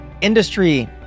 industry